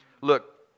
Look